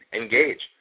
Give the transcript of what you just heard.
engage